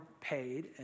paid